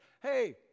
hey